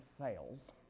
fails